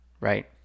Right